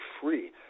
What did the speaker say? free